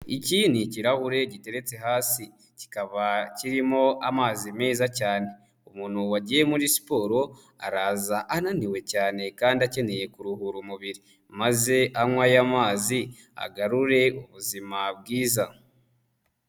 Iki ni ikirahure giteretse hasi, kikaba kirimo amazi meza cyane, umuntu wagiye muri siporo araza ananiwe cyane kandi akeneye kuruhura umubiri, maze anywe aya mazi agarure ubuzima bwiza.